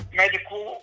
medical